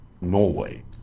Norway